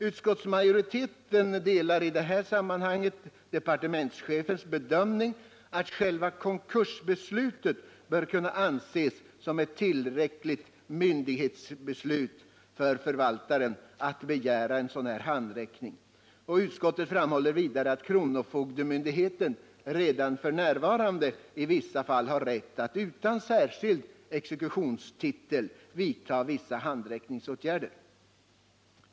Utskottsmajoriteten delar i det sammanhanget departementschefens bedömning att själva konkursbeslutet bör kunna anses som ett tillräckligt myndighetsbeslut för förvaltaren när det gäller att begära en sådan här handräckning. Utskottet framhåller vidare att kronofogdemyndigheten redan f.n. i vissa fall har rätt att utan särskild exekutionstitel vidta vissa handräckningsåtgärder.